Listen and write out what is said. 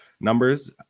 numbers